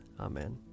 Amen